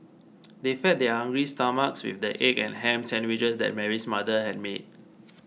they fed their hungry stomachs with the egg and ham sandwiches that Mary's mother had made